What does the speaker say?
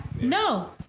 No